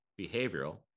behavioral